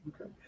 okay